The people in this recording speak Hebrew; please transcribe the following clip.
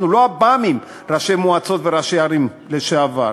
אנחנו לא עב"מים, ראשי מועצות וראשי ערים לשעבר.